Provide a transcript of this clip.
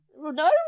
No